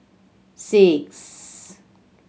six